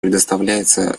представляется